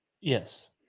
Yes